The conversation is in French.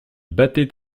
battait